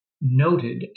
noted